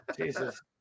Jesus